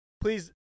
please